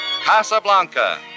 casablanca